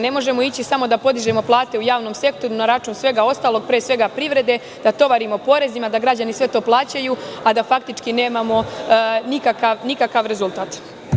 Ne možemo ići samo da podižemo plate u javnom sektoru na račun svega ostalog, pre svega privrede, da tovarimo porezima, da građani sve to plaćaju, a da faktički nemamo nikakav rezultat.